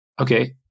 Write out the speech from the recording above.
okay